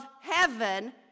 heaven